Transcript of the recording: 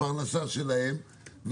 הפרנסה שלהם,